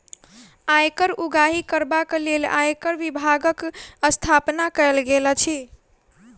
आयकर उगाही करबाक लेल आयकर विभागक स्थापना कयल गेल अछि